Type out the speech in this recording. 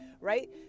right